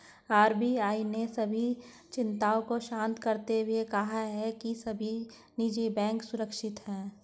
RBI ने सभी चिंताओं को शांत करते हुए कहा है कि सभी निजी बैंक सुरक्षित हैं